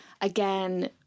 again